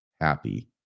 happy